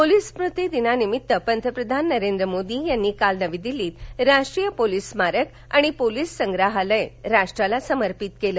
police स्मूतीदिनानिमित्त पंतप्रधान नरेंद्र मोदी यांनी काल नवी दिल्लीत राष्ट्रीय पोलीस स्मारक आणि पोलीस संग्रहालय राष्ट्राला समर्पित केलं